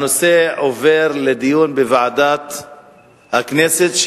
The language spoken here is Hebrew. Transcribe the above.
הנושא עובר לוועדת הכנסת,